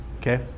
okay